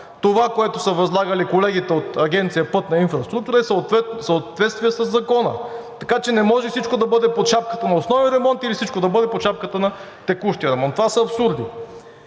Това, което са възлагали колегите от Агенция „Пътна инфраструктура“, е в съответствие със Закона, така че не може всичко да бъде под шапката на основен ремонт или всичко да бъде под шапката на текущия ремонт. Това са абсурди!